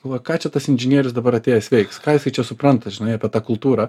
galvojo ką čia tas inžinierius dabar atėjęs veiks ką jisai čia supranta žinai apie tą kultūrą